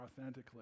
authentically